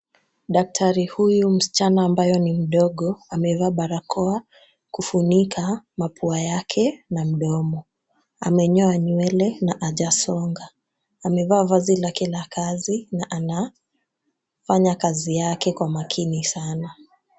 Daktari huyu msichana ambaye ni mdogo, amevaa barakoa kufunika mapua yake na mdomo. Amenyoa nywele na hajasonga. Amevaa vazi lake la kazi na anafanya kazi yake kwa makini sana.